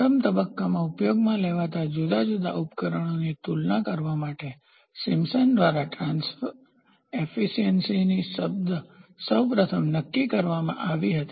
પ્રથમ તબક્કામાં ઉપયોગમાં લેવાતા જુદા જુદા ઉપકરણોની તુલના કરવા માટે સિમ્પ્સન દ્વારા ટ્રાન્સફર કાર્યક્ષમતાની શબ્દ સૌ પ્રથમ નક્કી કરવામાં આવી હતી